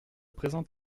présent